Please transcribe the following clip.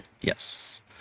Yes